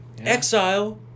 exile